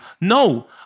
No